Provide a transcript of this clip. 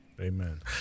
Amen